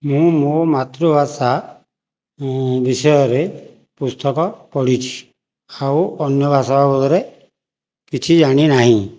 ମୁଁ ମୋ ମାତୃଭାଷା ବିଷୟରେ ପୁସ୍ତକ ପଢ଼ିଛି ଆଉ ଅନ୍ୟ ଭାଷା ଅବଗରେ କିଛି ଜାଣି ନାହିଁ